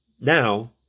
now